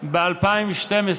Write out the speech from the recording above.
ב-2012